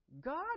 God